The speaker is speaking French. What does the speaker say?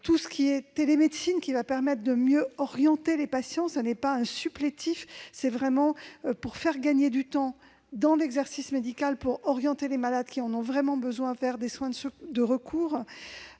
Le volet télémédecine va permettre de mieux orienter les patients. Il ne joue pas un rôle supplétif ; il s'agit vraiment de faire gagner du temps dans l'exercice médical pour orienter les malades qui en ont vraiment besoin vers des soins de recours.